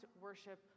worship